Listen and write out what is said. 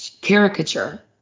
caricature